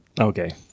Okay